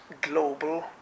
global